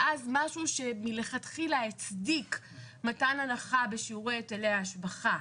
ואז משהו שמלכתחילה הצדיק מתן הנחה בשיעורי היטלי ההשבחה,